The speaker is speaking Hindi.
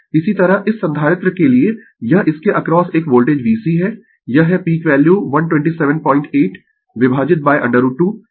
इसी तरह इस संधारित्र के लिए यह इसके अक्रॉस एक वोल्टेज VC है यह है पीक वैल्यू 1278 विभाजित √ 2